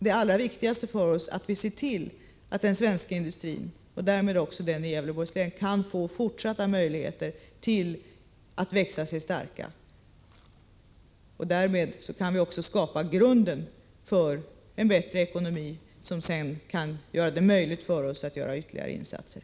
Det allra viktigaste för oss är att se till att den svenska industrin — och därmed också industrin i Gävleborgs län — kan få fortsatta möjligheter att växa sig stark. Därmed kan vi också skapa grunden för en bättre ekonomi, som sedan kan medföra att det blir möjligt för oss att göra ytterligare insatser.